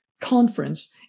conference